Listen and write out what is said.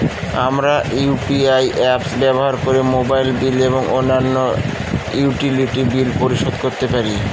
আমরা UPI apps ব্যবহার করে মোবাইল বিল এবং অন্যান্য ইউটিলিটি বিল পরিশোধ করতে পারি